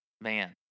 Man